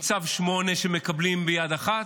עם צו 8 שמקבלים ביד אחת,